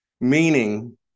meaning